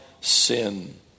sin